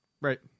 Right